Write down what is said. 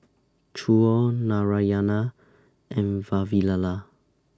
Choor Narayana and Vavilala